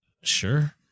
Sure